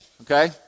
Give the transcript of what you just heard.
Okay